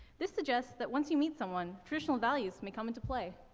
this suggests that once you meet someone, traditional values may come into play.